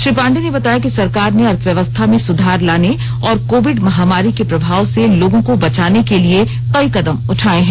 श्री पांडे ने बताया कि सरकार ने अर्थव्यवस्था में सुधार लाने और कोविड महामारी के प्रभाव से लोगों को बचाने के लिए कई कदम उठाए हैं